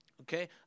Okay